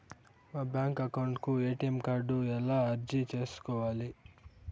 మా bank account కు ATM card ఎలా అర్జీ సేసుకోవాలి?